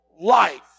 life